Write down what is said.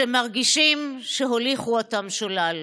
שמרגישים שהוליכו אותם שולל.